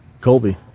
Colby